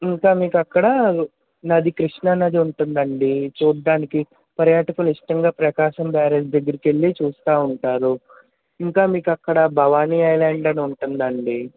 ఇంకా మీకు అక్కడ నది కృష్ణానది ఉంటుందండి చూడటానికి పర్యాటకులు ఇష్టంగా ప్రకాశం బ్యారేజ్ దగ్గరికి వెళ్ళీ చూస్తూ ఉంటారు ఇంకా మీకు అక్కడ భవానీ ఐలాండ్ అని ఉంటుందండి